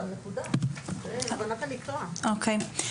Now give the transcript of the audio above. אוקי,